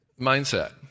mindset